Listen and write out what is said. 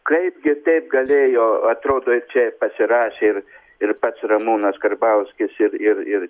kaipgi taip galėjo atrodo čia pasirašė ir ir pats ramūnas karbauskis ir ir ir